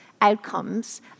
outcomes